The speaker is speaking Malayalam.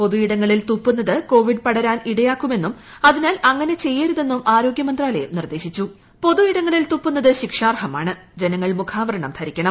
പൊതുയിടങ്ങളിൽ തുപ്പുങ്ങുത് കോവിഡ് പടരാൻ ഇടയാക്കുമെന്നും അതിനാൽ ആങ്ങനെ ചെയ്യരുതെന്നും ആരോഗ്യമന്ത്രാലയം നിർദ്ദേശിച്ചുൾ പൊതുയിടങ്ങളിൽ തുപ്പുന്നത് ശിക്ഷാർഹമാണ് ് പ്പിച്ചു ്ജനങ്ങൾ മുഖാവരണം ധരിക്കണം